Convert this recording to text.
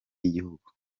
y’igihugu